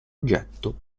oggetto